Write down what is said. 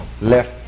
left